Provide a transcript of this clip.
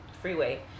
freeway